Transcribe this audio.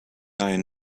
iron